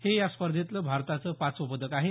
हे या स्पर्धेतलं भारताचं पाचवं पदक आहे